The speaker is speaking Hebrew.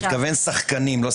שחקנים.